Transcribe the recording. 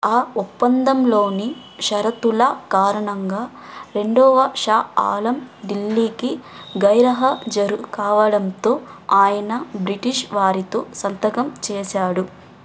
ఆ ఒప్పందంలోని షరతుల కారణంగా రెండవ షా ఆలం ఢిల్లీకి గైరహా జరు కావడంతో ఆయన బ్రిటిష్ వారితో సంతకం చేసాడు